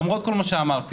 למרות כל מה שאמרתי,